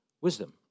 wisdom